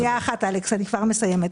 שנייה, אני כבר מסיימת.